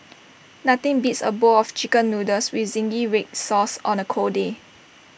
nothing beats A bowl of Chicken Noodles with Zingy Red Sauce on A cold day